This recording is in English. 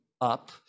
up